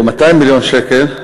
או 200 מיליון שקל,